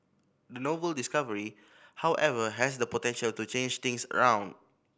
the novel discovery however has the potential to change things around